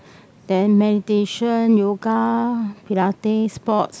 then meditation yoga pilate sports